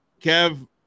kev